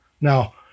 Now